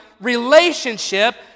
relationship